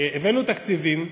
הבאנו תקציבים,